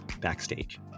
backstage